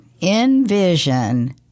envision